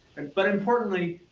and but importantly,